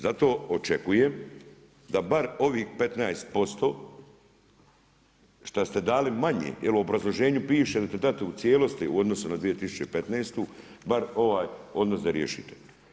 Zato, očekujem da bar ovih 15% što ste dali manje, jer u obrazloženju piše da ćete dati u cijelosti u odnosu na 2015. bar ovaj odnos da riješite.